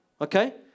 okay